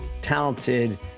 talented